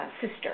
sister